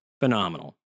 phenomenal